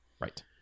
Right